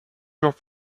jours